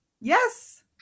Yes